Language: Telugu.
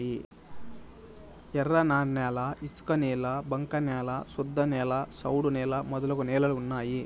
ఎర్రన్యాల ఇసుకనేల బంక న్యాల శుద్ధనేల సౌడు నేల మొదలగు నేలలు ఉన్నాయి